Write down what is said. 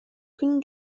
күн